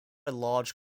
large